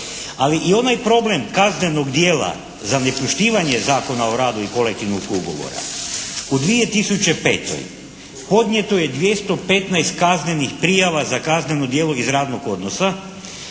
Ali i onaj problem kaznenog djela za nepoštivanje Zakona o radu i kolektivnog ugovora. u 2005. podnijeto je 215 kaznenih prijava za kazneno djelo iz radnog odnosa.